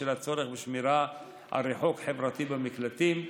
בשל הצורך בשמירה על ריחוק חברתי במקלטים,